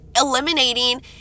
eliminating